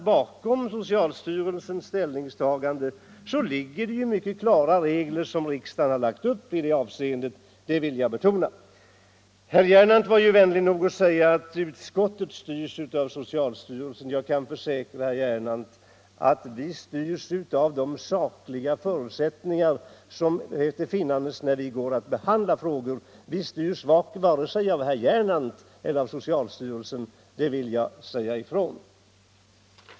Bakom socialstyrelsens ställningstagande ligger mycket klara regler som riksdagen har fastställt i detta avseende, det vill jag betona. Herr Gernandt var ”vänlig” nog att säga att utskottet styrs av socialstyrelsen. Jag kan försäkra herr Gernandt att vi styrs av de sakliga förutsättningar som finns när vi går att behandla frågorna. Vi styrs inte av vare sig herr Gernandt eller socialstyrelsen, det vill jag säga ifrån.